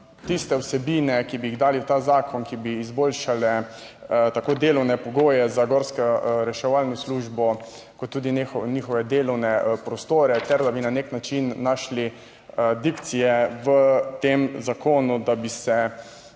tiste vsebine, ki bi jih dali v ta zakon, ki bi izboljšale tako delovne pogoje za gorsko reševalno službo kot tudi njihove delovne prostore, ter da bi na nek način našli **33. TRAK: (NB) –